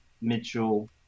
Mitchell